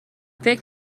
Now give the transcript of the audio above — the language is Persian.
فکر